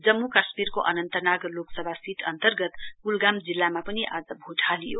जम्मू काश्मीरको अनन्तनाग लोकसभा सीट अन्तर्गत कुलगाम जिल्लामा पनि आज भोट हालियो